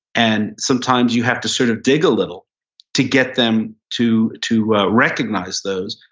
and sometimes you have to sort of dig a little to get them to to ah recognize those.